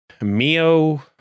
Mio